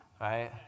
right